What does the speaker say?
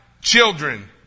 children